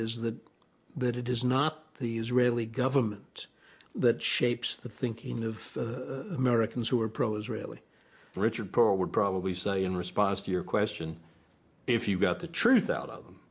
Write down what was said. is that that it is not the israeli government that shapes the thinking of americans who are pro israeli richard perle would probably say in response to your question if you got the truth out